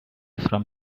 from